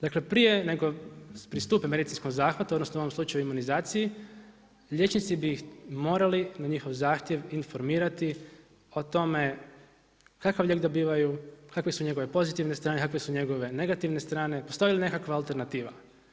Dakle, prije nego pristupi medicinskom zahvatu, odnosno u ovom slučaju imunizaciji, liječnici bi morali na njihov zahtjev informirati o tome kakav lijek dobivaju, kakve su njegove pozitivne strane, kakve su njegove negativne strane, postoji li nekakva alternativa.